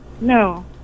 No